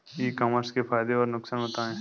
ई commerce के फायदे और नुकसान बताएँ?